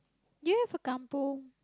do you have a kampung